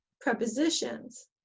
prepositions